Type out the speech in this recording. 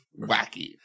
wacky